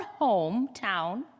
hometown